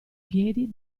piedi